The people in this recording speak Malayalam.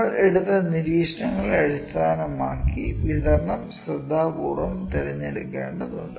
നമ്മൾ എടുത്ത നിരീക്ഷണങ്ങളെ അടിസ്ഥാനമാക്കി വിതരണം ശ്രദ്ധാപൂർവ്വം തിരഞ്ഞെടുക്കേണ്ടതുണ്ട്